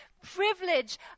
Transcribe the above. privilege